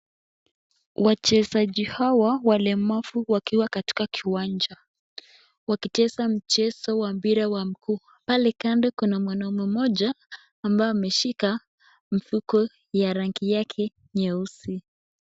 Wachezaji hawa walemavu wakiwa katika kiwanja, wakicheza mchezo wa mpira wa mguu, pale kando kuna mwanaume mmoja ambaye ameshika mfuko ya rangi yake nyeusi.